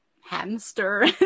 hamster